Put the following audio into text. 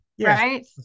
right